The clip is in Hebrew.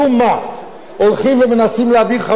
הולכים ומנסים להביא חלופות לחוק טל,